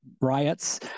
riots